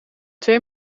twee